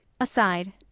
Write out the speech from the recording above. aside